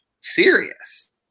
serious